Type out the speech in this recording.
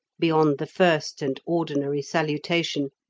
beyond the first and ordinary salutation,